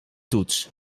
toets